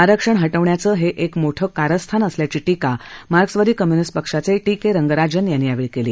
आरक्षण हटवण्याचं हे एक मोठं कारस्थान असल्याची टीका मार्क्सवादी कम्युनिस्ट पक्षाचे टी के रंगराजन यांनी यावेळी केली